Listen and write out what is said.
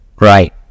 Right